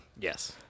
Yes